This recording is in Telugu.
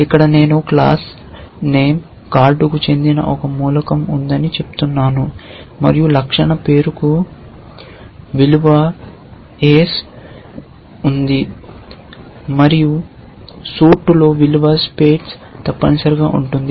ఇక్కడ నేను క్లాస్ నేమ్ కార్డు కు చెందిన ఒక మూలకం ఉందని చెప్తున్నాను మరియు లక్షణ పేరుకు విలువ ఏస్ ఉంది మరియు సూట్లో విలువ స్పేడ్ తప్పనిసరిగా ఉంటుంది